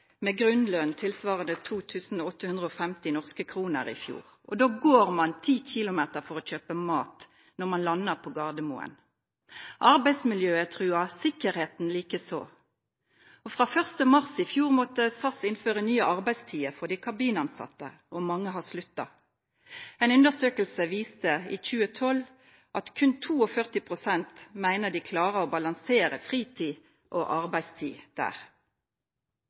med en grunnlønn tilsvarende 2 850 norske kroner i fjor. Og da går man 10 km for å kjøpe mat når man lander på Gardermoen. Arbeidsmiljøet trues, sikkerheten likeså. Fra 1. mars i fjor måtte SAS innføre nye arbeidstider for de kabinansatte, og mange har sluttet. En undersøkelse i 2012 viste at kun 42 pst. mente at de klarte å balansere fritid og arbeidstid der.